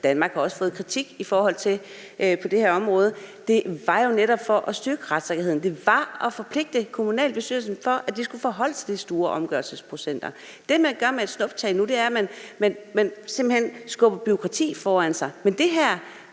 Danmark har også fået kritik på det her område. Det var jo netop for at styrke retssikkerheden. Det var for at forpligte kommunalbestyrelsen til, at de skulle forholde sig til de store omgørelsesprocenter. Det, man gør med et snuptag nu, er, at man simpelt hen skubber bureaukratiet foran sig. Men det her